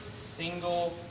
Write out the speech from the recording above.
single